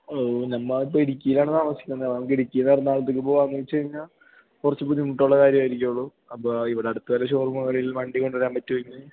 ഓ നമ്മൾ ഇപ്പം ഇടുക്കിയിലാണ് താമസിക്കുന്നത് അത്കൊണ്ട് ഇടുക്കിയിൽ നിന്ന് എറണാകുളത്തേക്ക് പോകാമെന്ന് വെച്ച് കഴിഞ്ഞാൽ കുറച്ച് ബുദ്ധിമുട്ടുള്ള കാര്യമായിരിക്കുള്ളൂ അപ്പോൾ ഇവിടെ അടുത്തൊരു ഷോ റൂമ്കളിൽ വണ്ടി കൊണ്ട് വരാൻ പറ്റുമെങ്കിൽ